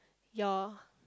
your